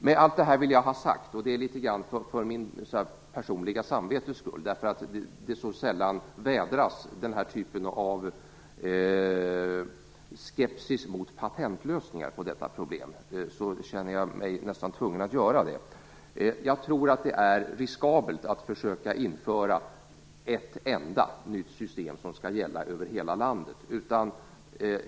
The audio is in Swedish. Jag känner mig litet grand för mitt personliga samvetes skull, eftersom den här typen av skepsis mot patentlösningar på detta problem så sällan vädras, nästan tvungen att säga allt detta. Jag tror att det är riskabelt att försöka införa ett enda nytt system som skall gälla över hela landet.